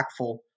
impactful